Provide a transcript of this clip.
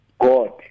God